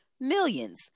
millions